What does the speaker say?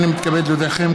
הינני מתכבד להודיעכם,